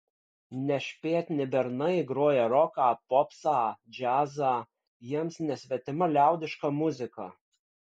nešpėtni bernai groja roką popsą džiazą jiems nesvetima liaudiška muzika